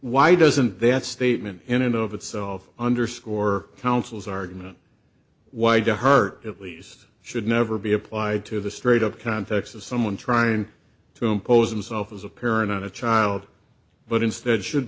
why doesn't that statement in and of itself underscore councils argument why don't hurt at least should never be applied to the straight up context of someone trying to impose himself as a parent on a child but instead should